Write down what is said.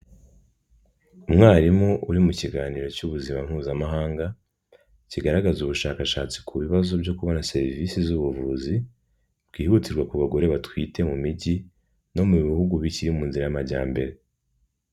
Umwarimu uri mu kiganiro cy'ubuzima Mpuzamahanga, kigaragaza ubushakashatsi ku bibazo byo kubona serivisi z'ubuvuzi bwihutirwa ku bagore batwite mu mijyi no mu bihugu bikiri mu nzira y'amajyambere.